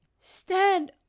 Stand